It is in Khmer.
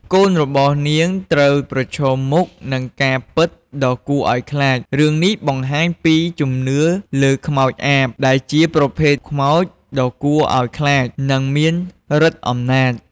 កូនរបស់នាងត្រូវប្រឈមមុខនឹងការពិតដ៏គួរឲ្យខ្លាច រឿងនេះបង្ហាញពីជំនឿលើខ្មោចអាប ដែលជាប្រភេទខ្មោចដ៏គួរឲ្យខ្លាច និងមានឫទ្ធិអំណាច។